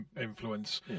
influence